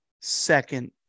second